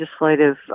legislative